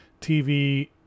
TV